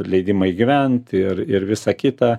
leidimai gyvent ir ir visa kita